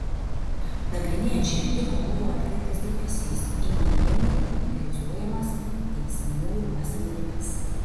nagrinėjant šią bylą buvo atkreiptas dėmesys į neigiamai charakterizuojamas teisiamųjų asmenybes